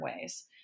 ways